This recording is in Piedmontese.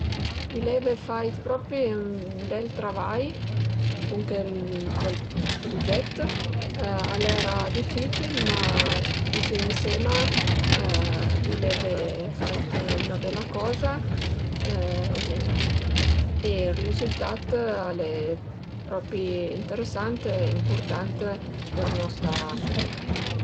I l'eve fait propi ün bel travai cun chel cuel prugèt, al era dificil, ma tüti ënsema i l'eve fait üna bela coza e ël rizültat al e propi interesant e impurtant për nostra sucietà